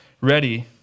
ready